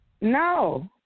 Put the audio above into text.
No